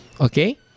okay